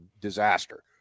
disaster